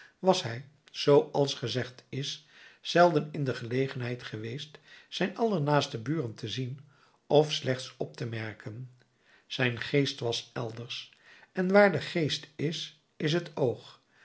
was hij zooals gezegd is zelden in de gelegenheid geweest zijn allernaaste buren te zien of slechts op te merken zijn geest was elders en waar de geest is is het oog